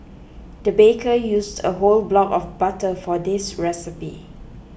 the baker used a whole block of butter for this recipe